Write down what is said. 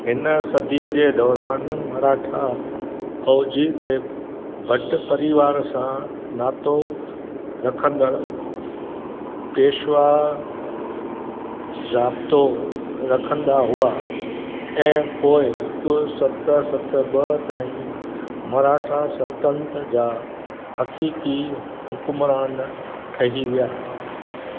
हिन सदीअ जे दौरानु मराठा फ़ौज ते भट परिवार सां नातो रखंदड़ु पेशवा जातो रखंदा हुआ ऐं पोए हिकु सत सत ॿ ताईं मराठा सल्तनत जा हकीकी हुकमरान ठही विया